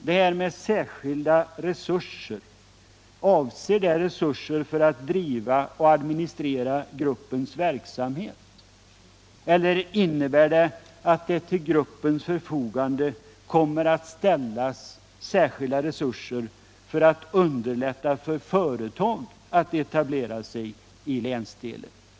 Avses med ”särskilda resurser” möjligheter att driva och administrera gruppens verksamhet, eller innebär det att till gruppens förfogande kommer att ställas särskilda resurser för att underlätta för företag att etablera sig i länsdelen?